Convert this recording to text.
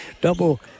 Double